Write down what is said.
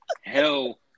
Hell